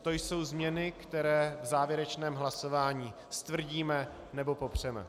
To jsou změny, které v závěrečném hlasování stvrdíme nebo popřeme.